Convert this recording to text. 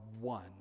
one